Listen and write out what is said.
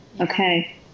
okay